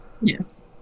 Yes